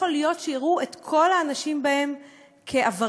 להיות שיראו את כל האנשים בהם עבריינים,